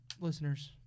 listeners